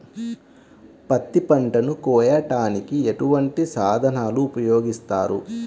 పత్తి పంటను కోయటానికి ఎటువంటి సాధనలు ఉపయోగిస్తారు?